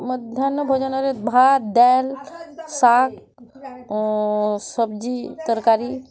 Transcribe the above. ମଧ୍ୟାହ୍ନ ଭୋଜନରେ ଭାତ୍ ଡାଲ୍ ଶାଗ୍ ସବ୍ଜି ତରକାରୀ